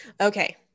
Okay